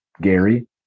Gary